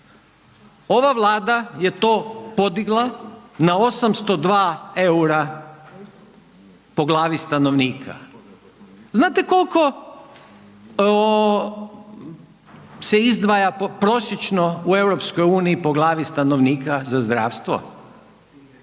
Ova Vlada je to podigla na 802 EUR-a po glavi stanovnika. Znate koliko se izdvaja prosječno u EU po glavi stanovnika za zdravstvo?